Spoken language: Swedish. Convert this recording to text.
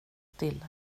stilla